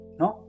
no